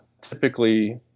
typically